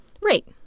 Right